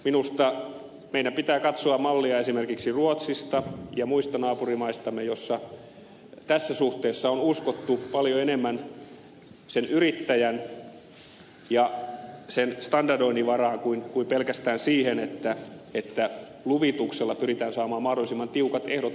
minusta meidän pitää katsoa mallia esimerkiksi ruotsista ja muista naapurimaistamme joissa tässä suhteessa on uskottu paljon enemmän sen yrittäjän ja sen standardoinnin varaan kuin pelkästään siihen että luvituksella pyritään saamaan mahdollisimman tiukat ehdot ja kovat kustannukset